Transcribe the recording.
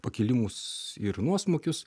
pakilimus ir nuosmukius